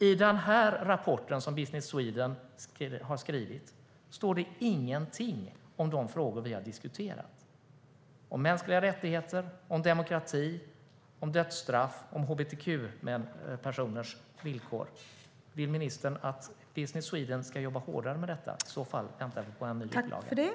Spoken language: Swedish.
I den rapport som Business Sweden har skrivit står det ingenting om de frågor som vi har diskuterat om mänskliga rättigheter, demokrati, dödsstraff och hbtq-personers villkor. Vill ministern att Business Sweden ska jobba hårdare med detta? I så fall väntar vi på en ny upplaga.